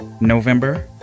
November